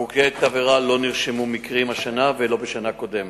בקבוקי תבערה: לא נרשמו מקרים השנה ולא בשנה הקודמת.